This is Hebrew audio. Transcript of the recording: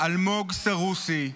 אלמוג סרוסי,